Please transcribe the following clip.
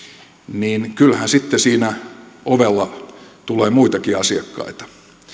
niin kyllähän sitten siinä ovella tulee muitakin asiakkaita